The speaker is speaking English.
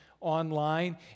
online